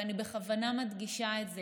ואני בכוונה מדגישה את זה.